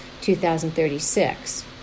2036